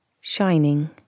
shining